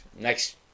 next